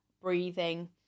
breathing